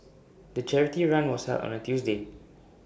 the charity run was held on A Tuesday